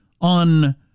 on